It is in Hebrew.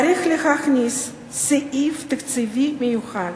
צריך להכניס סעיף תקציבי מיוחד: